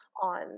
on